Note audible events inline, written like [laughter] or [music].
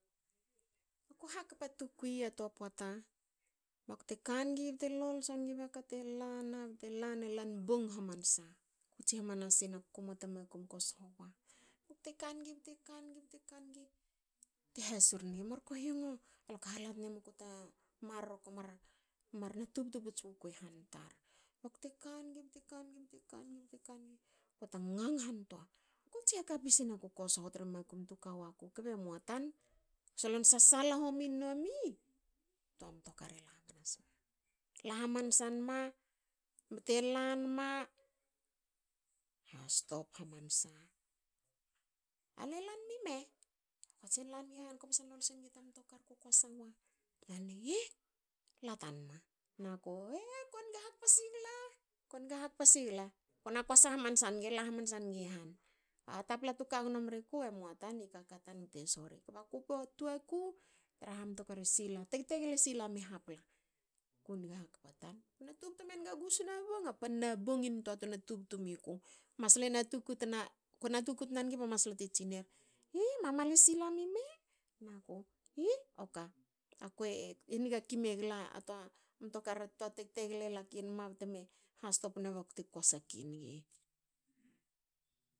Aku hakpa tukui a to poata bakte kangi bte lolso ngi baka tela na- bte- lana bte lan bong hamanasna. kutsi hamanasina kumua ta makum ko sho wa. Bte kangi bte kangi bte kangi te hasur ngi,"murkohiong. alu ka hala tnemuku ta marro ko mar na tubtu puts wuku i han tar."Bakte kangi bte kangi bte kangi poata ngaghan toa. Ku tsi haka pis ni kuko sho tra makum tu ka waku kbe muatan. ku solon sasala homin we mi toa mtokar ela hamanasma la hamansa nma bte lanma ha stop hamansna,"ale lan mime"kokatsin langi han. kue masal lolsenigi ta mtokar kokosa wa. na noni,"i [hesitation] la tanma,"naku,"eh ko niga hakpa sigle,"ko nig hakpa sigle. Kona kosa hamansa nigi,"ela hakpa sigli han,"a tapla tu kagno mriku emoa tan. i kaka tan bte shori. kba ku- ku a toa ku traha mtokar e sila. e tegtegle silami hapla. Ku niga hakpa tan an tubtu menga gusna bong. a panna bong intoa tna tubtu miku. Masla ero kukun toa. kona tuku tna nigi ba masla te tsineri,"i mama. le sila mime?". naku,"i oka. akue niga ki megma a tua mtokar. tua teg tegle ela kinma bte hastop ne bte kosa kingi